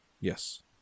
yes